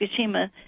Fukushima